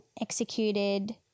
Executed